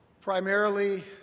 primarily